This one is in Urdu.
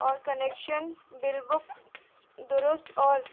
اور کنیکشن بل بک درست اور